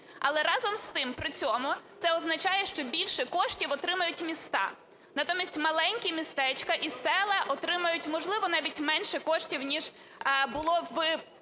Але разом з тим при цьому це означає, що більше коштів отримають міста. Натомість маленькі містечка і села отримають, можливо, навіть менше коштів ніж було в